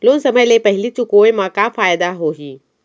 Loan समय ले पहिली चुकाए मा का फायदा होही?